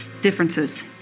differences